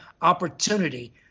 opportunity